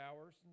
hours